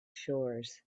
shores